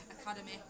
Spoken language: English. academy